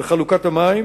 וחלוקת המים,